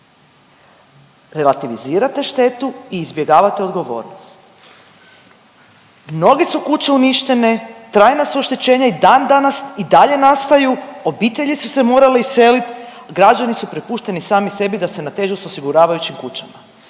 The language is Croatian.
Relativizirate štetu i izbjegavate odgovornost. Mnoge su kuće uništene, trajna su oštećenja i dan danas i dalje nastaju, obitelji su se morale iseliti. Građani su prepušteni sami sebi da se natežu sa osiguravajućim kućama.